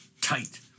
tight